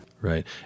right